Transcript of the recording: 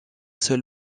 seul